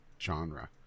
genre